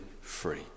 free